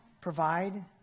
provide